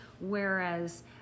whereas